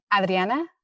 adriana